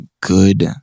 good